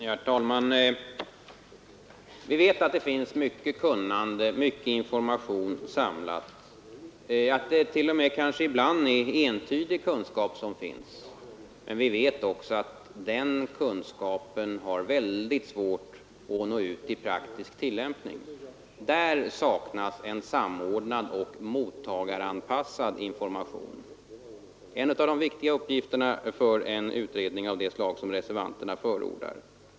Herr talman! Vi vet att det finns mycket kunnande och mycken information samlad, att dett.o.m. ibland är entydig kunskap som finns. Men vi vet också att den kunskapen har mycket svårt att nå ut i praktisk tillämpning. Där saknas en samordnad och mottagaranpassad information — en av de viktiga uppgifterna för en utredning av det slag som reservanterna förordar.